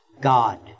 God